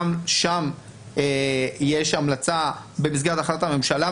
גם שם יש המלצה, במסגרת החלטת הממשלה.